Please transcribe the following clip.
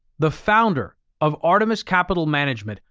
the founder of artemis capital management,